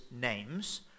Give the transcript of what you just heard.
names